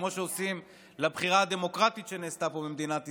כמו שעושים לבחירה הדמוקרטית שנעשתה פה במדינת ישראל,